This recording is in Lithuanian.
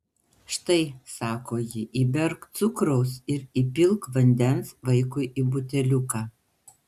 štai sako ji įberk cukraus ir įpilk vandens vaikui į buteliuką